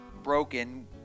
broken